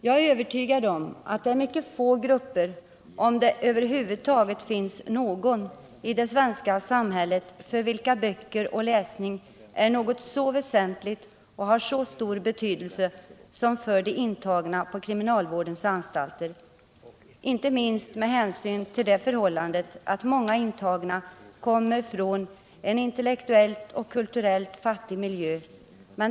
Jag är övertygad om att det är mycket få grupper — om det över huvud taget finns någon —i det svenska samhället för vilka böcker och läsning är något så väsentligt och av så stor betydelse som för de intagna på kriminalvårdens anstalter, inte minst med hänsyn till det förhållandet att många intagna kommer från en intellektuellt och kulturellt fattig miljö.